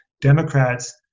Democrats